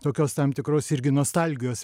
tokios tam tikros irgi nostalgijos